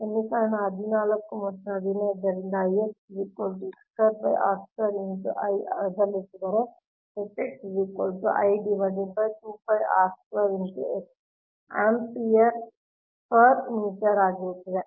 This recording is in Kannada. ಸಮೀಕರಣ 14 ಮತ್ತು 15 ರಿಂದ ಬದಲಿಸಿದರೆ ಆಂಪಿಯರ್ ಪರ್ ಮೀಟರ್ ಆಗಿರುತ್ತದೆ